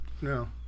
No